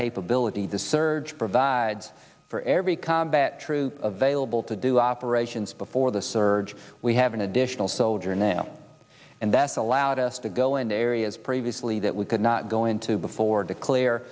capability the surge provides for every combat troop available to do operations before the surge we have an additional soldier now and that's allowed us to go into areas previously that we could not go into before declare